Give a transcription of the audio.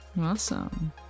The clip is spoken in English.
Awesome